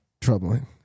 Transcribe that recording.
troubling